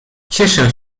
cieszę